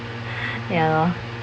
ya lor